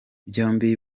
byombi